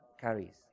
carries